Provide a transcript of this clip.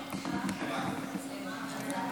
כעת, חבריי חברי הכנסת,